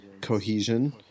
cohesion